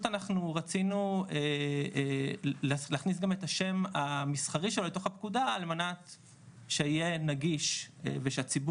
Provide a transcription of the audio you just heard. אנחנו רצינו להכניס גם את השם המסחרי שלו לתוך הפקודה שיהיה נגיש ושהציבור